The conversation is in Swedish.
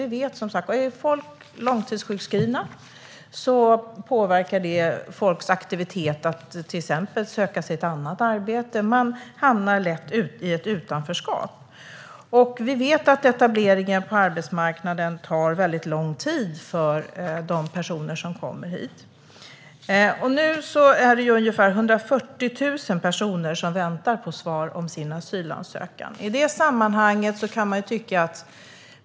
Vi vet att det påverkar långtidssjukskrivnas aktivitet vad gäller till exempel att söka sig ett annat arbete. Man hamnar lätt i ett utanförskap. Vi vet att etableringen på arbetsmarknaden tar väldigt lång tid för de personer som kommer hit. Det är ungefär 140 000 personer som väntar på svar på sin asylansökan.